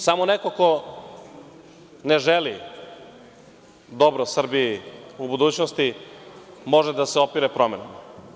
Samo neko ko ne želi dobro Srbiji u budućnosti može da se opire promenama.